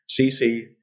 CC